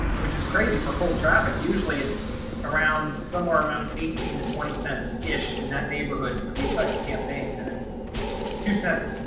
which is crazy for cold traffic. usually it's around somewhere around eighteen to twenty cents ish in that neighborhood for these type of campaigns, and it's two cents.